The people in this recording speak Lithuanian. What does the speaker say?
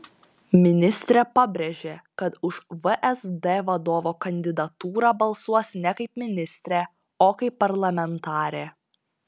ministrė pabrėžė kad už vsd vadovo kandidatūrą balsuos ne kaip ministrė o kaip parlamentarė